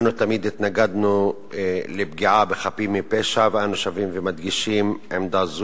אנו תמיד התנגדנו לפגיעה בחפים מפשע ואנו שבים ומדגישים עמדה זו.